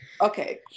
Okay